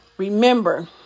Remember